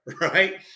Right